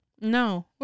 No